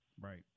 Right